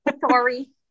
Sorry